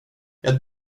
jag